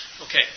Okay